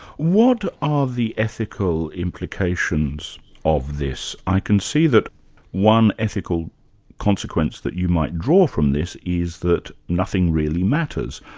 what are the ethical implications of this? i can see that one ethical consequence that you might draw from this is that nothing really matters.